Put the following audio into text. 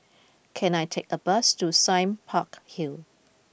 can I take a bus to Sime Park Hill